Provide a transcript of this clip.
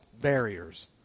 barriers